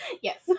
Yes